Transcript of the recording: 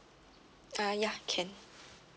uh ya can